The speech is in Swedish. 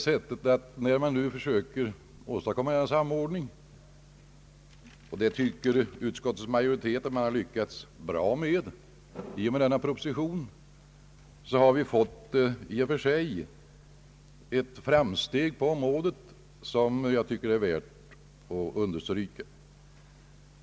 Vidare har vi väl när det nu gäller att åstadkomma en samordning — och utskottsmajoriteten tycker att man har lyckats bra därmed i och med föreliggande proposition — i och för sig gjort ett framsteg på området, något som jag anser vara värt att understryka.